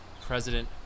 President